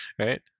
right